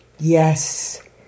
yes